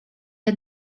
are